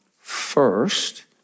first